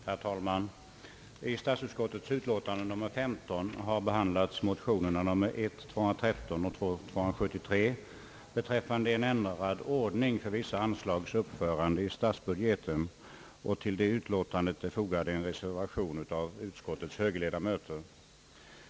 Herr talman! I statsutskottets utlåtande nr 15 har behandlats motionerna I: 213 och II: 273 beträffande ändrad ordning för vissa anslags uppförande i statsbudgeten, och till utlåtandet är fogad en reservation av utskottets högerledamöter.